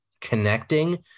connecting